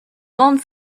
grande